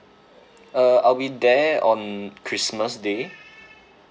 uh I'll be there on christmas day